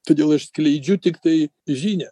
todėl aš skleidžiu tiktai žinią